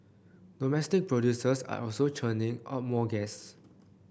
domestic producers are also churning out more gas